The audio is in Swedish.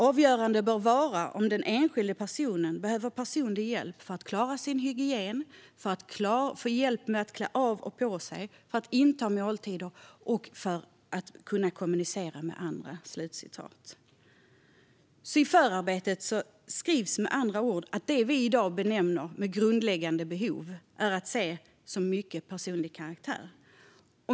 Avgörande bör vara om den enskilda personen behöver personlig hjälp för att klara sin hygien, för att få hjälp med att klä av och på sig, för att inta måltider och för att kunna kommunicera med andra. I förarbetet skrivs med andra ord att det vi i dag benämner grundläggande behov är att betrakta som begreppet mycket personlig karaktär.